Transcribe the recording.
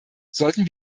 sollten